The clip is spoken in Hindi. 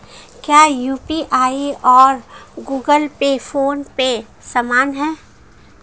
क्या यू.पी.आई और गूगल पे फोन पे समान हैं?